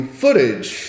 footage